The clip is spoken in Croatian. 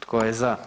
Tko je za?